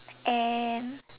and